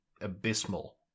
abysmal